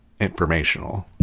informational